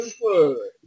food